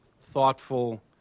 thoughtful